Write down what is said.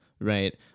Right